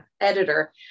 Editor